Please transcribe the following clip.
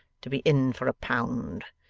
to be in for a pound.